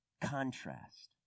contrast